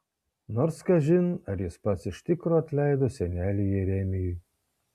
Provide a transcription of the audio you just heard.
nors kažin ar jis pats iš tikro atleido seneliui jeremijui